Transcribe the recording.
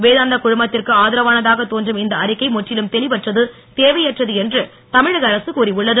வேதாந்தா குழுமத்திற்கு ஆதரவானதாக தோன்றும் இந்த அறிக்கை முற்றிலும் தெளிவற்றது தேவையற்றது என்று தமிழக அரசு கூறி உள்ளது